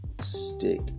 stick